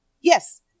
Yes